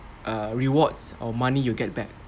err rewards or money you get back